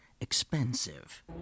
expensive